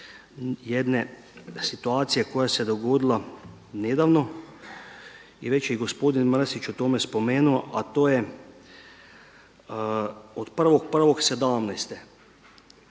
jedne situacije koja se dogodila nedavno i već je gospodin Mrsić o tome spomenuo, a to je od 1.1.2017.